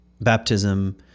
baptism